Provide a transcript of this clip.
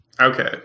Okay